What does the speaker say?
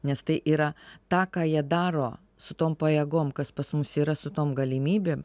nes tai yra tą ką jie daro su tom pajėgom kas pas mus yra su tom galimybėm